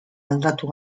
aldatu